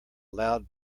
loud